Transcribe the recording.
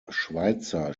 schweitzer